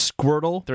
Squirtle